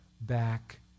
back